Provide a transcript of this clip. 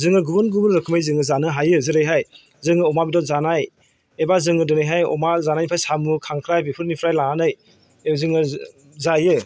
जोङो गुबुन गुबुन रोखोमै जोङो जानो हायो जेरैहाय जोङो अमा बेदर जानाय एबा जोङो दिनैहाय अमा जानायनिफ्राय साम' खांख्राइ बेफोरनिफ्राय लानानै जोङो जायो